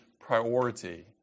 priority